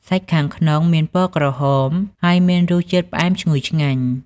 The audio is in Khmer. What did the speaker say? សាច់ខាងក្នុងមានពណ៌ក្រហម ហើយមានរសជាតិផ្អែមឈ្ងុយឆ្ងាញ់។